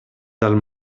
dal